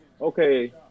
okay